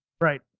Right